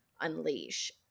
unleash